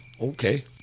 Okay